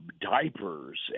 diapers